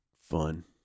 fun